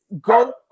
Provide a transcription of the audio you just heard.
go